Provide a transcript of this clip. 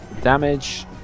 damage